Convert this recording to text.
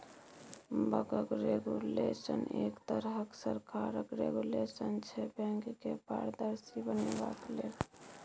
बैंकक रेगुलेशन एक तरहक सरकारक रेगुलेशन छै बैंक केँ पारदर्शी बनेबाक लेल